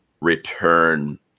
return